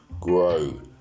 Grow